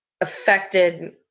affected